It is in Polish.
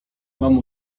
mam